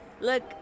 Look